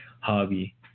hobby